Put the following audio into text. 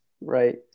right